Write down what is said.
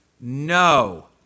No